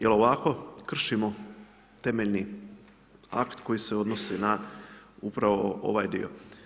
Jer ovako kršimo temeljni akt koji se odnosi upravo na ovaj dio.